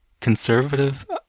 conservative